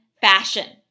fashion